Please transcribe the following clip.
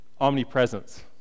Omnipresence